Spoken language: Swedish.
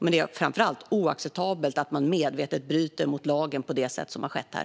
Men det är framför allt oacceptabelt att man medvetet bryter mot lagen på det sätt som har skett här.